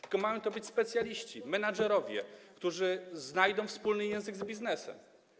To mają być specjaliści, menedżerowie, którzy znajdą wspólny język z biznesem.